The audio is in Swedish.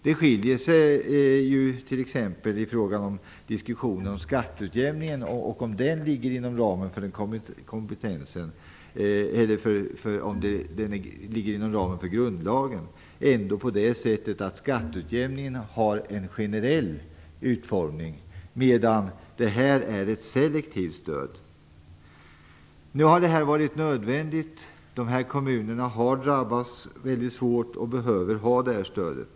Det skiljer sig t.ex. i fråga om skatteutjämningen, om den ligger inom ramen för grundlagen, på det sättet att skatteutjämningen har en generell utformning, medan det här är ett selektivt stöd. Nu har det varit nödvändigt, för dessa kommuner har drabbats väldigt svårt och behöver det stödet.